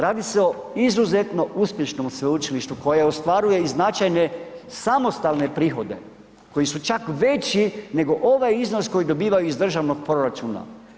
Radi se o izuzetno uspješnom sveučilištu koje ostvaruje i značajne samostalne prihode koji su čak veći nego ovaj iznos koji dobivaju iz državnog proračuna.